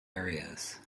areas